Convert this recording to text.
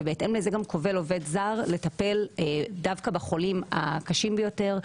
ובהתאם לזה מקבל עובד זר לטפל דווקא בחולים הקשים יותר.